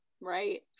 right